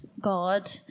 god